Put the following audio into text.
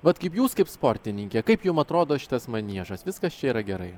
vat kaip jūs kaip sportininkė kaip jum atrodo šitas maniežas viskas čia yra gerai